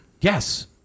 Yes